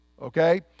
okay